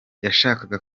yashakaga